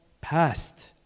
past